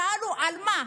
שאלו: על מה?